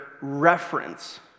reference